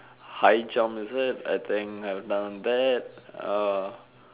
high jump isn't it I think I have done that uh